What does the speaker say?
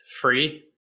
free